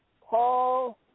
Paul